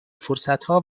فرصتها